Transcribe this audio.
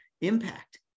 impact